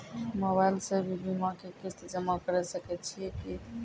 Mobile से भी बीमा के किस्त जमा करै सकैय छियै कि?